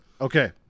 Okay